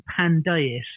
pandeist